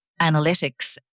analytics